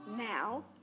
Now